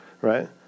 right